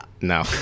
no